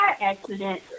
accident